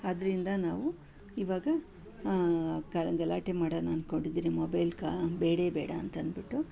ಆದ್ದರಿಂದ ನಾವು ಇವಾಗ ಗಲಾಟೆ ಮಾಡೋಣ ಅದ್ಕೊಂಡಿದ್ದೀವಿ ಮೊಬೈಲ್ ಕಾ ಬೇಡವೇ ಬೇಡ ಅಂತಂದ್ಬಿಟ್ಟು